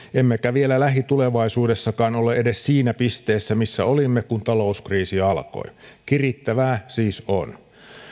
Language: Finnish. emmekä vielä lähitulevaisuudessakaan ole edes siinä pisteessä missä olimme kun talouskriisi alkoi kirittävää siis on